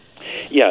Yes